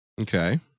Okay